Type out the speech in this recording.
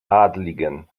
adligen